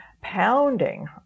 pounding